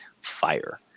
fire